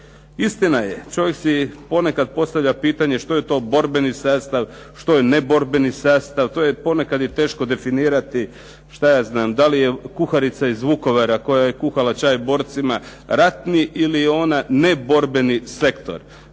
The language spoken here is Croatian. Istina je, čovjek si ponekad postavlja pitanje što je to borbeni sastav, što je neborbeni sastav, to je ponekad i teško definirati. Da li je kuharica iz Vukovara koja je kuhala čaj borcima ratni ili je ona neborbeni sektor.